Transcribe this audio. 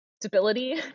stability